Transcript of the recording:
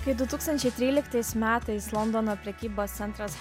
kai du tūkstančiai tryliktais metais londono prekybos centras